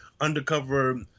undercover